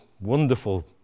wonderful